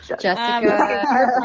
Jessica